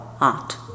art